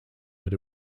but